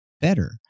better